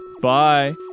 Bye